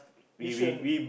you should